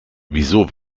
wieso